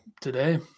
today